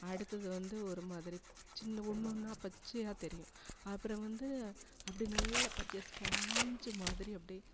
அடுத்தது வந்து ஒரு மாதிரி சின்ன ஒன்று ஒன்னாக பச்சையாக தெரியும் அப்புறம் வந்து அப்படி நல்ல பச்சையாக ஸ்பாஞ்சு மாதிரி அப்படே